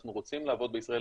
אנחנו רוצים לעבוד בישראל,